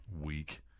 Weak